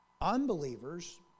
unbelievers